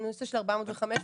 הנושא של ה- 400-500,